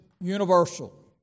universal